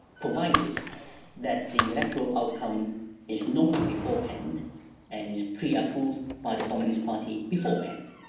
provided that the electoral outcome is known beforehand and is preapproved by the communist party beforehand,